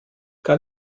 gar